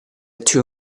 two